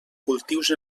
cultius